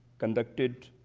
conducted,